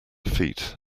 feet